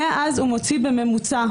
מאז הוא מוציא בממוצע,